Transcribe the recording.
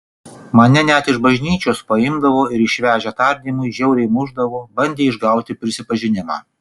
mane net iš bažnyčios paimdavo ir išvežę tardymui žiauriai mušdavo bandė išgauti prisipažinimą